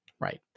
right